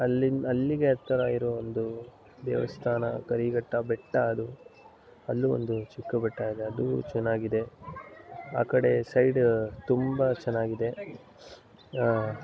ಅಲ್ಲಿನ ಅಲ್ಲಿಗೆ ಹತ್ರ ಇರೋ ಒಂದು ದೇವಸ್ಥಾನ ಕರಿ ಘಟ್ಟ ಬೆಟ್ಟ ಅದು ಅಲ್ಲೂ ಒಂದು ಚಿಕ್ಕ ಬೆಟ್ಟ ಇದೆ ಅದೂ ಚೆನ್ನಾಗಿದೆ ಆ ಕಡೆ ಸೈಡ್ ತುಂಬ ಚೆನ್ನಾಗಿದೆ